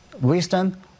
wisdom